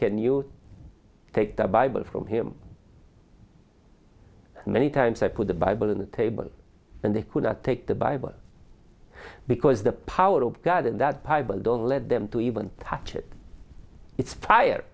can you take the bible from him many times i put the bible in the table and they could not take the bible because the power of god and that possible don't lead them to even touch it it's fire